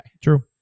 True